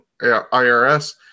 IRS